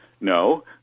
No